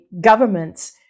governments